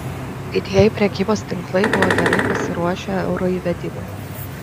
didieji prekybos tinklai buvo gerai pasiruošę euro įvedimui